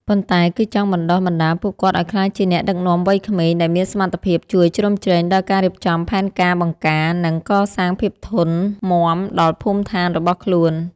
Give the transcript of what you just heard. ប៉ុន្តែគឺចង់បណ្ដុះបណ្ដាលពួកគាត់ឱ្យក្លាយជាអ្នកដឹកនាំវ័យក្មេង ដែលមានសមត្ថភាពជួយជ្រោមជ្រែងដល់ការរៀបចំផែនការបង្ការ និងកសាងភាពធន់មាំដល់ភូមិឋានរបស់ខ្លួន។